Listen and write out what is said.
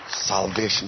Salvation